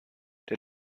der